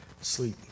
sleep